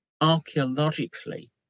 archaeologically